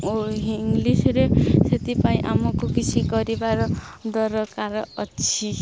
ଓ ଇଂଲିଶରେ ସେଥିପାଇଁ ଆମକୁ କିଛି କରିବାର ଦରକାର ଅଛି